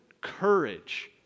courage